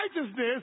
righteousness